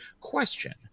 question